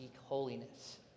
holiness